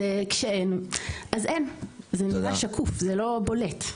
כשאין אז אין, וזה נראה שקוף, זה לא בולט.